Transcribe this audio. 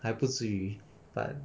还不至于 but